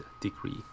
degree